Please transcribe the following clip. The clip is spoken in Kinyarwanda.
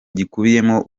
gikubiyemo